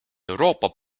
euroopa